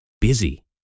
busy